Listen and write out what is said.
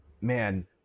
man